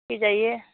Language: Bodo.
फैजायो